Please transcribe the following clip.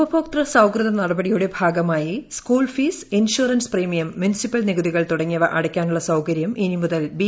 ഉപഭോക്തൃ സൌഹൃദ നടപടിയുടെ ഭാഗമായി school fees insurance premium municipal നികുതികൾ തുടങ്ങിയവ അടയ്ക്കാനുള്ള സൌകര്യം ഇനി മുതൽ ബി